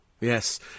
Yes